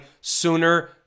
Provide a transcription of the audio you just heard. sooner